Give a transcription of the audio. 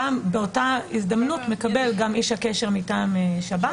באותה הזדמנות מקבל גם איש הקשר מטעם שב"ס,